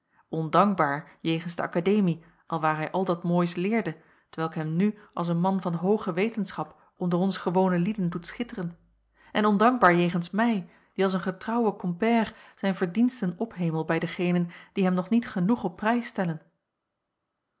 ondankbaar jegens de akademie alwaar hij al dat moois leerde t welk hem nu als een man van hooge wetenschap onder ons gewone lieden doet schitteren en ondankbaar jegens mij die als een getrouwe compère zijn verdiensten ophemel bij degenen die hem nog niet genoeg op prijs stellen